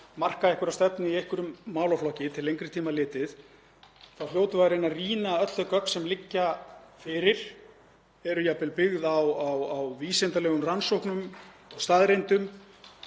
marka einhverja stefnu í einhverjum málaflokki til lengri tíma litið þá hljótum við að reyna að rýna öll þau gögn sem liggja fyrir, eru jafnvel byggð á vísindalegum rannsóknum og staðreyndum